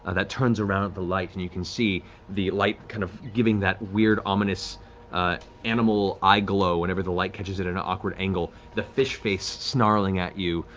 that turns around at the light and you can see the light kind of giving that weird, ominous animal eye-glow whenever the light catches it at an awkward angle, the fish face snarling at you,